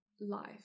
life